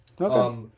Okay